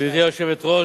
גברתי היושבת-ראש,